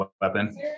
weapon